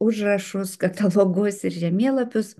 užrašus katalogus ir žemėlapius a knygos